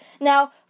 Now